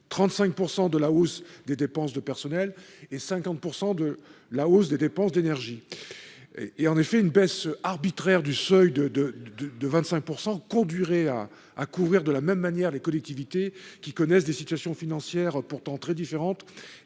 35 % de la hausse des dépenses de personnel et 50 % de la hausse des dépenses d'énergie. En effet, une baisse arbitraire du seuil de 25 % conduirait à couvrir de la même manière des collectivités qui connaissent des situations financières pourtant très différentes